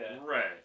Right